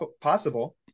possible